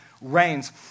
reigns